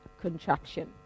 contraction